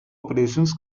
operations